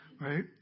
Right